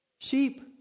Sheep